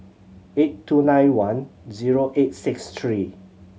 eight two nine one zero eight six three